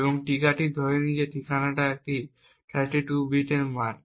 এবং ট্রিগারটি ধরে নিই যে ঠিকানাটি একটি 32 বিট মান